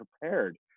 prepared –